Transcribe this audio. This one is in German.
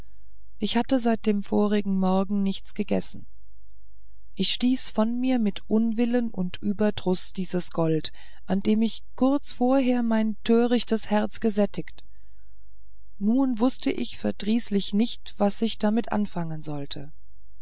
ich hatte seit dem vorigen morgen nichts gegessen ich stieß von mir mit unwillen und überdruß dieses gold an dem ich kurz vorher mein törichtes herz gesättiget nun wußt ich verdrießlich nicht was ich damit anfangen sollte